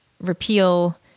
repeal